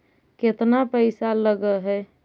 केतना पैसा लगय है?